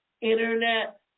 Internet